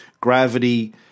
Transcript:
Gravity